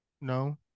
No